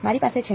મારી પાસે છે